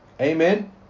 Amen